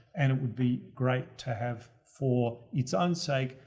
and it would be great to have for it's own sake.